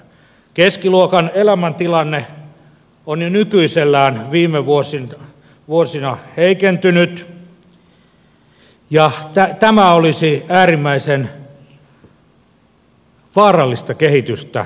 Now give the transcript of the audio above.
keskiluokan elämäntilanne on jo nykyisellään viime vuosina heikentynyt ja tämä olisi äärimmäisen vaarallista kehitystä